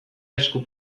esku